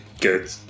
good